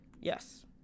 yes